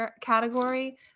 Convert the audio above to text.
category